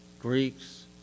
Greeks